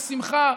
בשמחה,